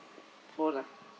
four lah